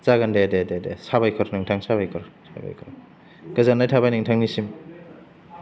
जागोन दे दे दे दे साबायखर नोंथां साबायखर साबायखर गोजोननाय थाबाय नोंथांनिसिम